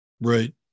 Right